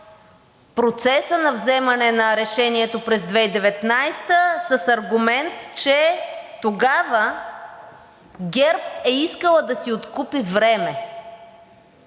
процеса на вземане на решението през 2019 г. с аргумент, че тогава ГЕРБ е искала да си откупи време.